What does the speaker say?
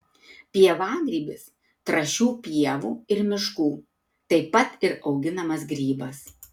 pievagrybis trąšių pievų ir miškų taip pat ir auginamas grybas